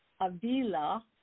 Avila